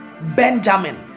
Benjamin